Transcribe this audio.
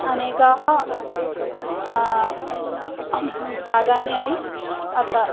अनेकाः शाकानि अपि अत्र